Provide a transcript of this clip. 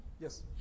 Yes